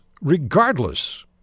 regardless